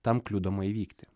tam kliudoma įvykti